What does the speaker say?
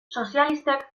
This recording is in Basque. sozialistek